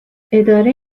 اداره